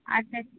আচ্ছা